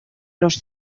los